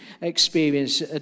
experience